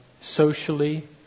socially